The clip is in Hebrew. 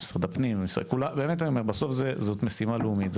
בסוף זה משימה לאומית,